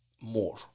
more